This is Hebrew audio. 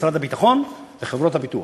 משרד הביטחון וחברות הביטוח.